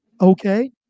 okay